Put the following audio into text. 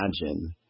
imagine